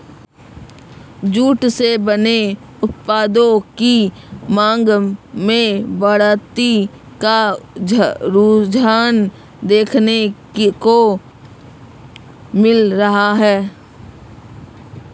jute से बने उत्पादों की मांग में बढ़ोत्तरी का रुझान देखने को मिल रहा है